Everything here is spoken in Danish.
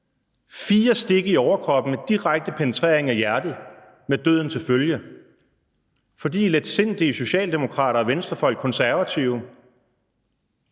4 stik i overkroppen med direkte penetration af hjertet, med døden til følge, fordi letsindige socialdemokrater og Venstrefolk og Konservative